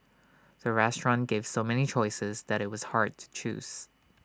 the restaurant gave so many choices that IT was hard to choose